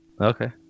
okay